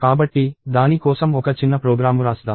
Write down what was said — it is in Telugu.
కాబట్టి దాని కోసం ఒక చిన్న ప్రోగ్రామ్ వ్రాస్దాం